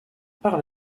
par